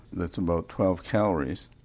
that's about twelve calories,